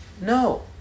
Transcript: No